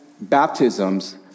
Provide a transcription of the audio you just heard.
baptisms